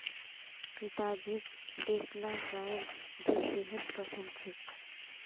पिताजीक देसला गाइर दूध बेहद पसंद छेक